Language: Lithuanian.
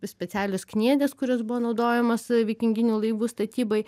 specialios kniedės kurios buvo naudojamos vikinginių laivų statybai